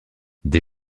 des